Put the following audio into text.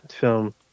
film